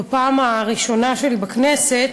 בפעם הראשונה שלי בכנסת,